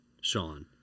Sean